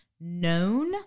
known